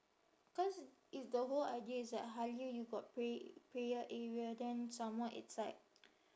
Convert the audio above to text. cause if the whole idea is that Halia you got pray prayer area then some more it's like